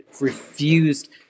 refused